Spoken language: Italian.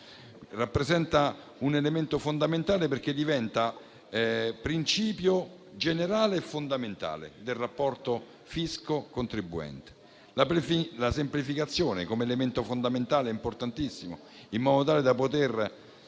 rappresenta un elemento fondamentale perché diventa principio generale e fondamentale del rapporto fisco-contribuente. La semplificazione è un elemento fondamentale importantissimo in modo tale da poter